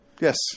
Yes